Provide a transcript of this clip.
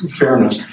fairness